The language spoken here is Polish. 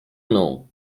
mną